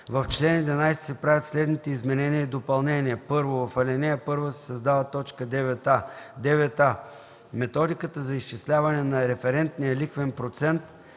В чл. 11 се правят следните изменения и допълнения: 1. В ал. 1 се създава т. 9а: „9а. методиката за изчисляване на референтния лихвен процент